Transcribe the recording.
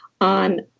on